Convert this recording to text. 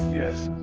yes.